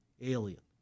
alien